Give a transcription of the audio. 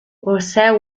josé